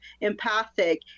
empathic